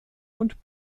und